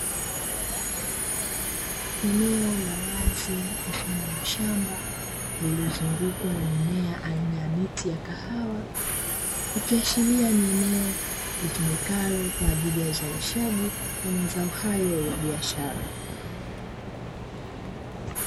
Eneo la wazi mfano wa shamba lililozungukwa na mimea aina ya miti ya kahawa, ikiashiria ni eneo litumikalo kwa ajili ya uzalishaji wa mazao hayo ya biashara.